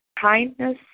kindness